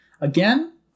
Again